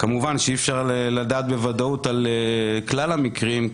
כמובן שאי אפשר לדעת בוודאות על כלל המקרים,